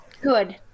Good